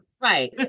Right